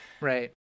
Right